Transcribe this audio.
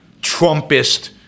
Trumpist